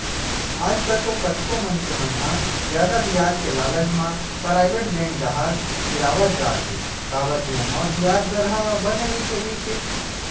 आजकल तो कतको मनखे मन ह जादा बियाज के लालच म पराइवेट बेंक डाहर तिरावत जात हे काबर के ओमा बियाज दर ह बने रहिथे कहिके